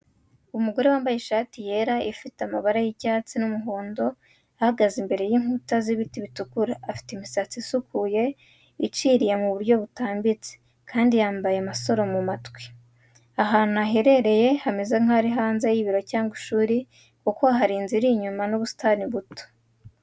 Umugore wambaye ishati yera ifite amabara y’icyatsi n’umuhondo, ahagaze imbere y’inkuta z’ibiti bitukura. Afite imisatsi isukuye, icirewe mu buryo butambitse, kandi yambaye amasaro mu matwi. Ahantu aherereye hameze nk'aho ari hanze y'ibiro cyangwa ishuri, kuko hari inzu iri inyuma n'ubusitani buto.